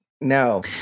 no